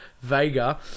Vega